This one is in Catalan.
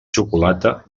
xocolata